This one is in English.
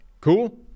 Cool